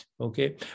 okay